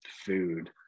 food